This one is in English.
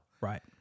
Right